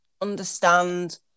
understand